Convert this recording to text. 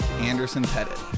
Anderson-Pettit